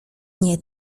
nie